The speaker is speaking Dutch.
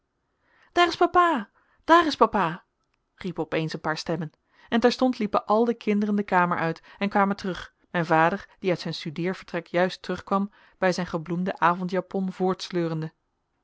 papa daar is papa riepen opeens een paar stemmen en terstond liepen al de kinderen de kamer uit en kwamen terug mijn vader die uit zijn studeervertrek juist terugkwam bij zijn gebloemde avondjapon voortsleurende